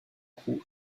cou